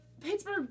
Pittsburgh